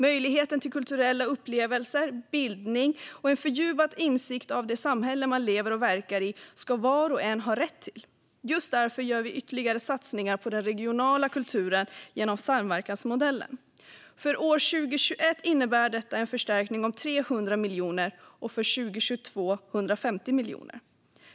Möjligheten till kulturella upplevelser, bildning och en fördjupad insikt om det samhälle man lever och verkar i ska var och en ha rätt till. Just därför gör vi ytterligare satsningar på den regionala kulturen genom samverkansmodellen. För år 2021 innebär detta en förstärkning om 300 miljoner, och för år 2022 innebär det en förstärkning om 150 miljoner.